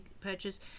purchase